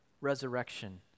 resurrection